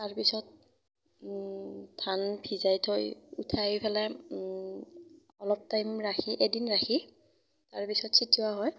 তাৰপিছত ধান ভিজাই থৈ উঠাই পেলাই অলপ টাইম ৰাখি এদিন ৰাখি তাৰপিছত ছটিওৱা হয়